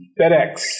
FedEx